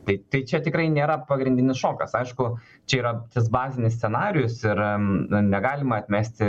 tai tai čia tikrai nėra pagrindinis šokas aišku čia yra tas bazinis scenarijus ir negalima atmesti